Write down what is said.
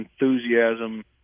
enthusiasm